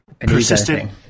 persistent